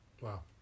Wow